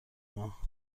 ماه